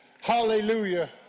Hallelujah